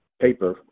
paper